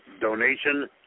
donation